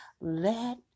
Let